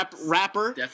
rapper